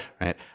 right